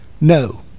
No